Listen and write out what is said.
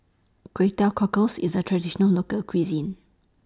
Kway Teow Cockles IS A Traditional Local Cuisine